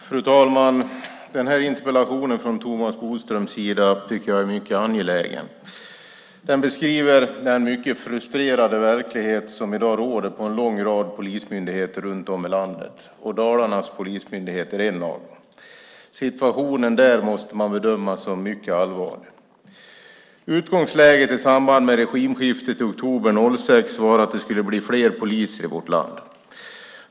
Fru talman! Den här interpellationen från Thomas Bodström tycker jag är mycket angelägen. Den beskriver den mycket frustrerande verklighet som i dag råder på en lång rad polismyndigheter runt om i landet. Dalarnas polismyndighet är en av dem. Situationen där måste man bedöma som mycket allvarlig. Utgångsläget i samband med regimskiftet i oktober 2006 var att det skulle bli fler poliser i vårt land.